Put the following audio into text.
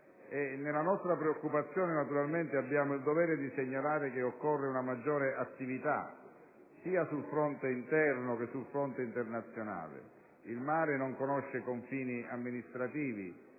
a questa preoccupazione abbiamo il dovere di segnalare che occorre una maggiore attività, sia sul fronte interno che su quello internazionale. Il mare non conosce confini amministrativi